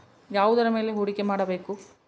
ಯಾವುದರ ಮೇಲೆ ಹೂಡಿಕೆ ಮಾಡಬೇಕು?